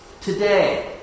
today